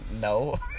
no